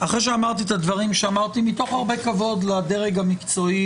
אחרי שאמרתי את הדברים שאמרתי מתוך הרבה כבוד לדרג המקצועי